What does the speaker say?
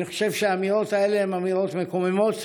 אני חושב שהאמירות האלה הן אמירות מקוממות.